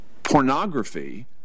pornography